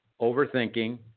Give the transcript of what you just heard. overthinking